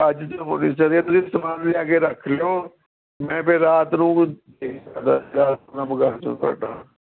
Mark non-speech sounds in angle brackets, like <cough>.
ਅੱਜ ਤਾਂ ਹੋ ਨਹੀਂ ਸਕਦੀ ਤੁਸੀਂ ਸਮਾਨ ਲਿਆ ਕੇ ਰੱਖ ਲਿਓ ਮੈਂ ਫੇਰ ਰਾਤ ਨੂੰ <unintelligible> ਕੰਮ ਕਰ ਦਉਂ ਤੁਹਾਡਾ